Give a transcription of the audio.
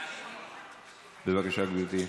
בבקשה, גברתי.